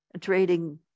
trading